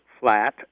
flat